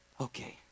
okay